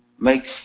makes